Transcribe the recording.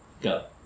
Go